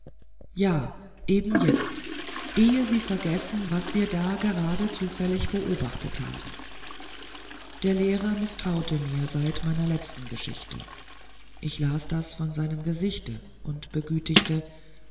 ja eben jetzt ehe sie vergessen was wir da gerade zufällig beobachtet haben der lehrer mißtraute mir seit meiner letzten geschichte ich las das von seinem gesichte und begütigte